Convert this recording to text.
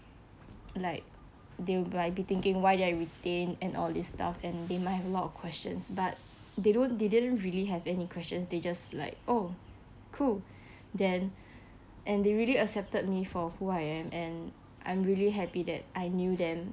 like they'll be like thinking why did I retain and all this stuff and they might have a lot of questions but they don't they didn't really have any questions they just like oh cool then and they really accepted me for who I am and i'm really happy that I knew them